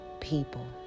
people